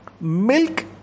Milk